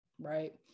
Right